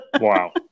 Wow